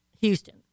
Houston